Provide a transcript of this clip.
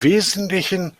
wesentlichen